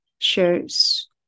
shirts